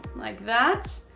like that,